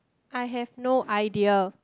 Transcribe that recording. I have no idea